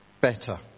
better